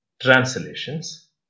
translations